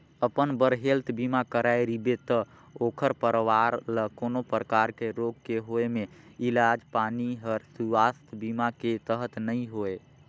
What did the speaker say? अपन बर हेल्थ बीमा कराए रिबे त ओखर परवार ल कोनो परकार के रोग के होए मे इलाज पानी हर सुवास्थ बीमा के तहत नइ होए